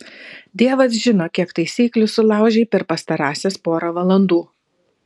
dievas žino kiek taisyklių sulaužei per pastarąsias porą valandų